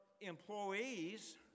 employees